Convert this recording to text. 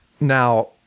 Now